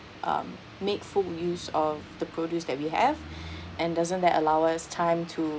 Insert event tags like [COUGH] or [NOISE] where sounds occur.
um make full use of the produce that we have [BREATH] and doesn't that allow us time to